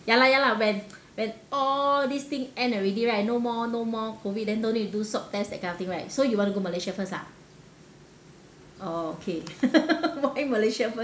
ya lah ya lah when when all this thing end already right no more no more COVID then don't need to do swab test that kind of thing right so you want go malaysia first ah oh okay why malaysia first